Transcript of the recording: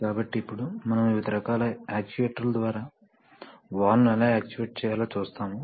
కాబట్టి ఇప్పుడు మనం వివిధ రకాల యాక్చుయేటర్ల ద్వారా వాల్వ్ను ఎలా యాక్చువేట్ చేయాలో చూస్తాము